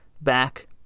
back